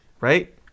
Right